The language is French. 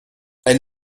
elle